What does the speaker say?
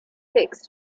fix